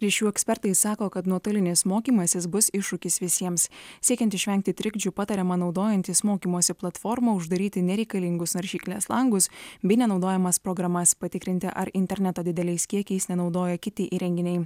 ryšių ekspertai sako kad nuotolinis mokymasis bus iššūkis visiems siekiant išvengti trikdžių patariama naudojantis mokymosi platforma uždaryti nereikalingus naršyklės langus bei nenaudojamas programas patikrinti ar interneto dideliais kiekiais nenaudoja kiti įrenginiai